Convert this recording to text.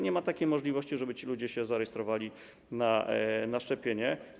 Nie ma takiej możliwości, żeby ci ludzie zarejestrowali się na szczepienie.